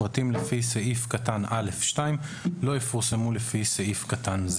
הפרטים לפי סעיף קטן (א)(2) לא יפורסמו לפי סעיף קטן זה.